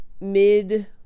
mid